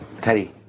Teddy